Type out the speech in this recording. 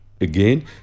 Again